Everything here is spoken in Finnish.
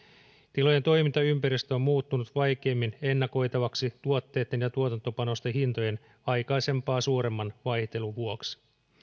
tilojen toimintaympäristö on muuttunut vaikeammin ennakoitavaksi tuotteitten ja tuotantopanosten hintojen aikaisempaa suuremman vaihtelun vuoksi